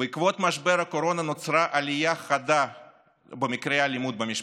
בעקבות משבר הקורונה נוצרה עלייה חדה במקרי האלימות במשפחה.